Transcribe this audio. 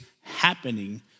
happening